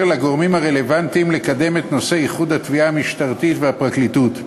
לגורמים הרלוונטיים לקדם את נושא איחוד התביעה המשטרתית והפרקליטות,